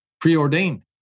preordained